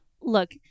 Look